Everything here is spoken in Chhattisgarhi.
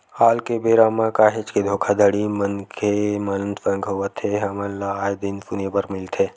आल के बेरा म काहेच के धोखाघड़ी मनखे मन संग होवत हे हमन ल आय दिन सुने बर मिलथे